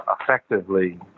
effectively